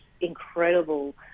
incredible